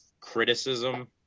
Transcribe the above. criticism